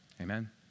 Amen